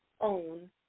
own